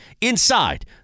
inside